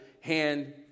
hand